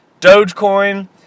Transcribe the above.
Dogecoin